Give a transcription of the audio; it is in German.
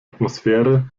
atmosphäre